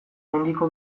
gaindiko